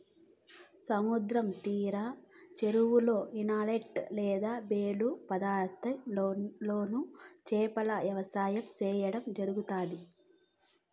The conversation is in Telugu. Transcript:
సముద్ర తీర చెరువులలో, ఇనలేట్ లేదా బేలు పద్ధతి లోను చేపల వ్యవసాయం సేయడం జరుగుతాది